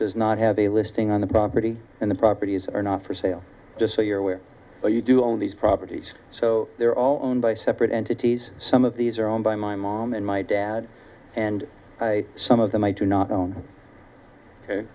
does not have a listing on the property and the properties are not for sale just so you're aware but you do own these properties so they're all owned by separate entities some of these are owned by my mom and my dad and some of them i to not own